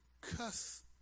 cuss